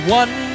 one